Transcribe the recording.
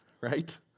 right